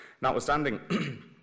Notwithstanding